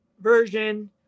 version